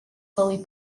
fully